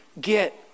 get